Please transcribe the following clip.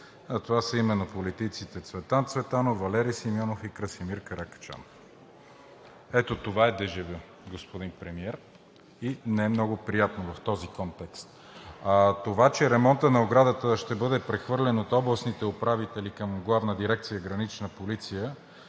Това са именно политиците Цветан Цветанов, Валери Симеонов и Красимир Каракачанов. Ето това е дежавю, господин Премиер, и не е много приятно в този контекст. А това, че ремонтът на оградата ще бъде прехвърлен от областните управители към Главна дирекция „Гранична полиция“,